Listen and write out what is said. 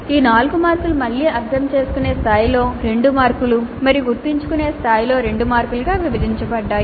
ఈ 4 మార్కులు మళ్లీ అర్థం చేసుకునే స్థాయిలో 2 మార్కులు మరియు గుర్తుంచుకునే స్థాయిలో 2 మార్కులుగా విభజించబడ్డాయి